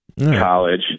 College